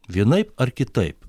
vienaip ar kitaip